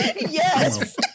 Yes